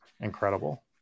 incredible